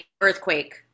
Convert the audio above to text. earthquake